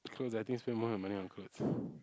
clothes I think spend more money on clothes